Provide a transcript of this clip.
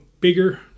bigger